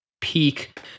peak